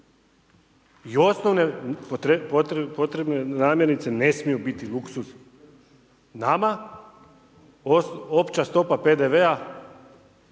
I osnovne potrebne namjernice, ne smiju biti luksuz, nama, opća stopa PDV-a,